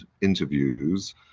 interviews